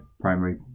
primary